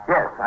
Yes